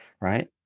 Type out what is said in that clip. Right